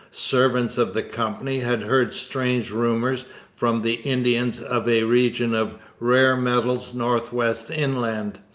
servants of the company, had heard strange rumours from the indians of a region of rare metals north-west inland.